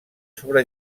sobre